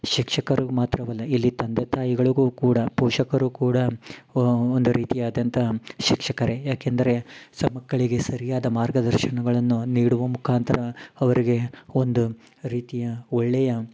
ಶಿಕ್ಷಕರು ಮಾತ್ರವಲ್ಲ ಇಲ್ಲಿ ತಂದೆ ತಾಯಿಗಳುಗು ಕೂಡ ಪೋಷಕರು ಕೂಡ ಒಂದು ರೀತಿ ಆದಂತಹ ಶಿಕ್ಷಕರೆ ಯಾಕೆಂದರೆ ಸೊ ಮಕ್ಕಳಿಗೆ ಸರಿಯಾದ ಮಾರ್ಗದರ್ಶನಗಳನ್ನು ನೀಡುವ ಮುಖಾಂತರ ಅವರಿಗೆ ಒಂದು ರೀತಿಯ ಒಳ್ಳೆಯ